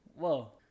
whoa